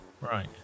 Right